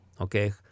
Okay